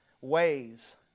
ways